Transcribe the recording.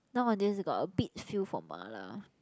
nowadays got a bit feel for Ma-la